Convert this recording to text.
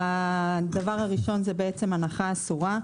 הדבר הראשון זה הנחה אסורה.